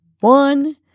one